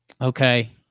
Okay